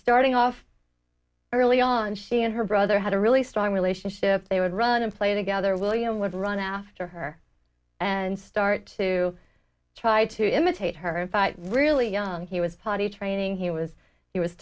starting off early on she and her brother had a really strong relationship they would run and play together william would run after her and start to try to imitate her really young he was potty training he was he was